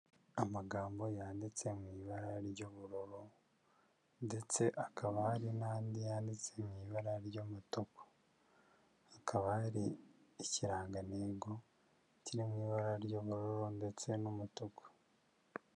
Amagambo yanditse mu ibara ry'ubururu ndetse akaba hari n'andi yanditse mu ibara ry'umutuku, hakaba hari ikirangantego kiri mu ibara ry'ubururu ndetse n'umutuku.